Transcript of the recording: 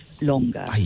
longer